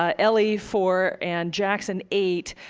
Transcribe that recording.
ah ellie, four, and jackson, eight,